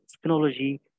technology